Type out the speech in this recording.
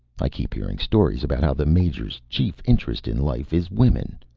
i keep hearing stories about how the major's chief interest in life is women.